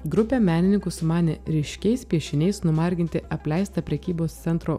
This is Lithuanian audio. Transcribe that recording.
grupė menininkų sumanė ryškiais piešiniais numarginti apleistą prekybos centro